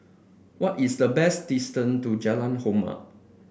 what is the best distance to Jalan Hormat